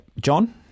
John